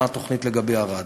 מה התוכנית לגבי ערד.